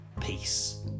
peace